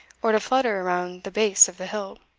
or to flutter around the base of the hill?